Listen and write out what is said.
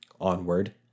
Onward